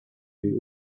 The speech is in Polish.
jej